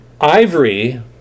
ivory